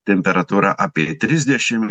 temperatūra apie trisdešim